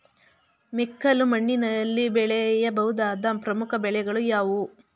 ಮೆಕ್ಕಲು ಮಣ್ಣಿನಲ್ಲಿ ಬೆಳೆಯ ಬಹುದಾದ ಪ್ರಮುಖ ಬೆಳೆಗಳು ಯಾವುವು?